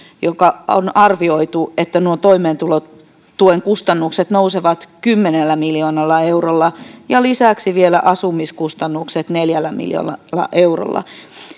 ja on arvioitu että nuo toimeentulotuen kustannukset nousevat kymmenellä miljoonalla eurolla ja lisäksi vielä asumiskustannukset neljällä miljoonalla eurolla